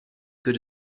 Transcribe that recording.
good